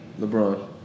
LeBron